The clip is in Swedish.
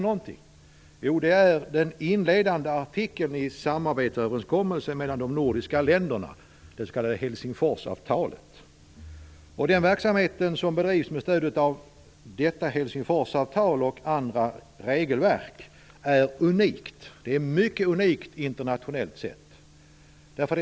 Jo, det är den inledande artikeln i samarbetsöverenskommelsen mellan de nordiska länderna, det s.k. Helsingforsavtalet. Den verksamhet som bedrivs med stöd av detta avtal och andra regelverk är unikt. Det är internationellt sett mycket unikt.